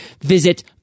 Visit